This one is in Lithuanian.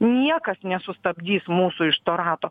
niekas nesustabdys mūsų iš to rato